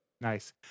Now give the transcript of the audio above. Nice